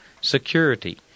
security